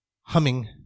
humming